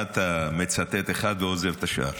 מה אתה מצטט אחד ועוזב את השאר?